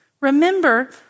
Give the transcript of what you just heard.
Remember